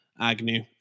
Agnew